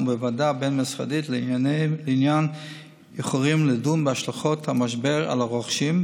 בוועדה בין-משרדית לעניין איחורים לדון בהשלכות המשבר על הרוכשים,